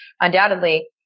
undoubtedly